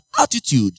attitude